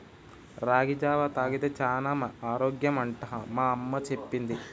రాగి జావా తాగితే చానా ఆరోగ్యం అంట మా అమ్మ చెప్పింది